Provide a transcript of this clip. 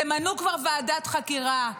תמנו כבר ועדת חקירה,